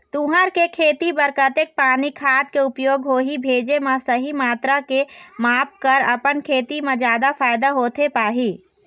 तुंहर के खेती बर कतेक पानी खाद के उपयोग होही भेजे मा सही मात्रा के माप कर अपन खेती मा जादा फायदा होथे पाही?